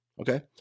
Okay